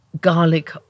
garlic